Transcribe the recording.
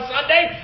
Sunday